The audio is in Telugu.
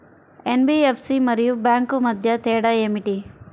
ఎన్.బీ.ఎఫ్.సి మరియు బ్యాంక్ మధ్య తేడా ఏమిటీ?